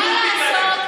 מה עם השב"כ,